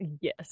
yes